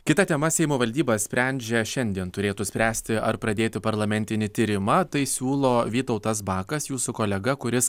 kita tema seimo valdyba sprendžia šiandien turėtų spręsti ar pradėti parlamentinį tyrimą tai siūlo vytautas bakas jūsų kolega kuris